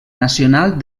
nacional